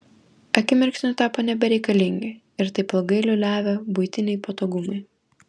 akimirksniu tapo nebereikalingi ir taip ilgai liūliavę buitiniai patogumai